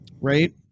right